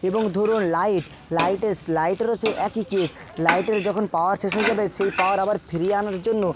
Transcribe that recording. এবং ধরুন লাইট লাইটের লাইটেরও সেই একই কেস লাইটের যখন পাওয়ার শেষ হয়ে যাবে সেই পাওয়ার আবার ফিরিয়ে আনার জন্য